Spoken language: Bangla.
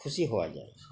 খুশি হওয়া যায়